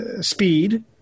speed